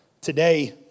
Today